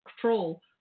control